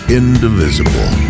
indivisible